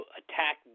attack